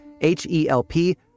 H-E-L-P